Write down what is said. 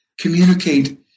communicate